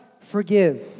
forgive